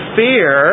fear